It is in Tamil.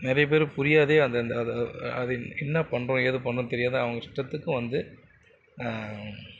நிறைய பேரு புரியாதையே அதை அந்த அதை என்ன பண்றோம் ஏது பண்றோம்னு தெரியாத அவங்க இஷ்டத்துக்கு வந்து